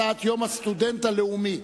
הצעת יום הסטודנט הלאומי.